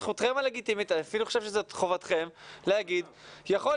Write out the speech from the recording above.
זכותכם הלגיטימית ואני אפילו חושב שזו חובתכם להגיד 'יכול